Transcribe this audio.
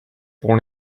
born